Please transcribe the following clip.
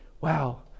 wow